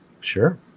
Sure